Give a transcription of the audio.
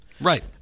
Right